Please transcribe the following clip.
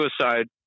suicide